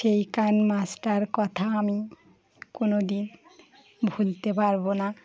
সেই কান মাছটার কথা আমি কোনো দিন ভুলতে পারবো না